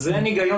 אז אין היגיון